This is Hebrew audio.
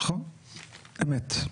נכון, אמת.